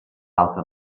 altre